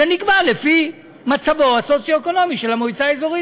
זה נקבע לפי מצבה הסוציו-אקונומי של המועצה האזורית,